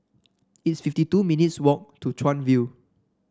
it's fifty two minutes' walk to Chuan View